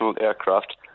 aircraft